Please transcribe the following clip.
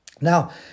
Now